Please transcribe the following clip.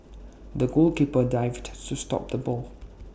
the goalkeeper dived to stop the ball